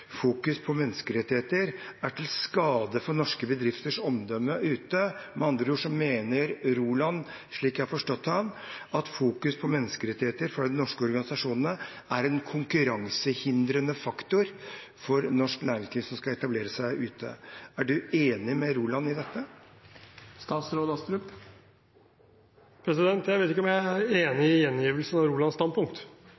fokus på menneskerettigheter er til skade for norske bedrifters omdømme ute. Med andre ord mener Roland, slik jeg har forstått ham, at fokus på menneskerettigheter for de norske organisasjonene er en konkurransehindrende faktor for norsk næringsliv som skal etablere seg ute. Er du enig med Roland i dette? Presidenten vil minne representanten Eide om at statsråden ikke